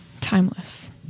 Timeless